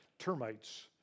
termites